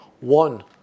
One